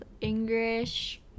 English